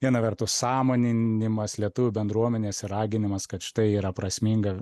viena vertus sąmoninimas lietuvių bendruomenės ir raginimas kad štai yra prasminga